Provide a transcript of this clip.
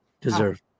deserve